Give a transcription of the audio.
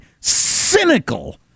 cynical